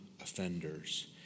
offenders